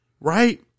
right